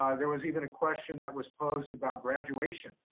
um there was even a question that was posed about graduation.